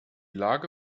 lage